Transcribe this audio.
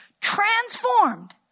transformed